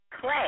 Clay